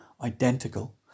identical